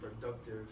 productive